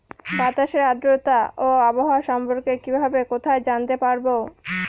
বাতাসের আর্দ্রতা ও আবহাওয়া সম্পর্কে কিভাবে কোথায় জানতে পারবো?